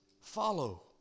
follow